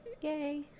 yay